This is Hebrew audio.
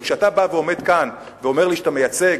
כשאתה בא ועומד כאן ואומר לי שאתה מייצג